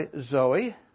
Zoe